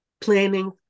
planning